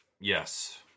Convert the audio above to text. Yes